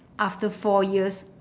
after four years